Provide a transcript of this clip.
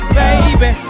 baby